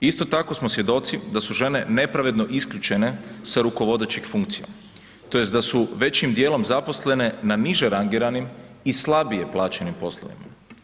Isto tako smo svjedoci da su žene nepravedno isključene sa rukovodećih funkcija, tj. da su većim dijelom zaposlene na niže rangiranim i slabije plaćenim poslovima.